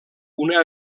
una